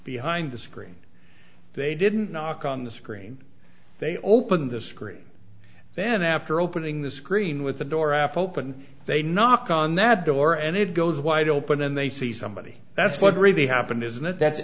behind the screen they didn't knock on the screen they open the screen then after opening the screen with the door after open they knock on that door and it goes wide open then they see somebody that's what really happened is that that's